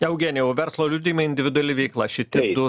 eugenijau verslo liudijimai individuali veikla šiti du